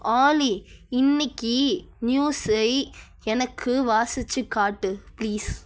ஆலி இன்னைக்கி நியூஸை எனக்கு வாசித்து காட்டு பிளீஸ்